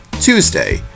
Tuesday